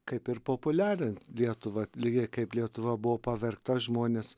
kaip ir populiarint lietuvą lygiai kaip lietuva buvo pavergta žmonės